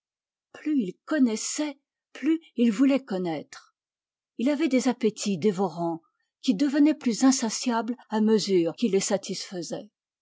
plus il connaissait plus il voulait connaître il avait des appétits dévorants qui devenaient plus insatiables à mesure qu'il les satisfaisait